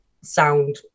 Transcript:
sound